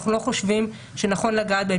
אנחנו לא חושבים שנכון לגעת בהן.